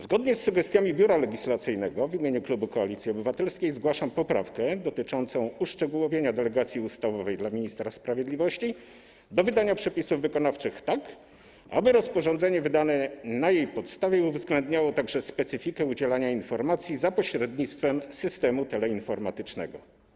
Zgodnie z sugestiami Biura Legislacyjnego w imieniu klubu Koalicji Obywatelskiej zgłaszam poprawkę dotyczącą uszczegółowienia delegacji ustawowej dla ministra sprawiedliwości do wydania przepisów wykonawczych tak, aby rozporządzenie wydane na jej podstawie uwzględniało także specyfikę udzielania informacji za pośrednictwem systemu teleinformatycznego.